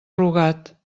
rugat